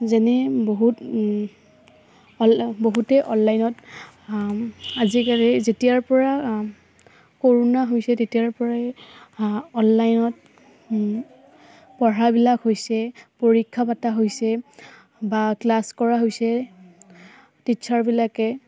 যেনে বহুত বহুতেই অনলাইনত আজিকালি যেতিয়াৰ পৰা কৰোণা হৈছে তেতিয়াৰ পৰাই অনলাইনত পঢ়াবিলাক হৈছে পৰীক্ষা পাতা হৈছে বা ক্লাছ কৰা হৈছে টিচাৰবিলাকে